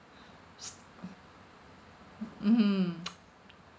mmhmm